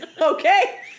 Okay